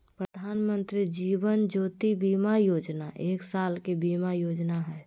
प्रधानमंत्री जीवन ज्योति बीमा योजना एक साल के बीमा योजना हइ